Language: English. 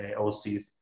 OCs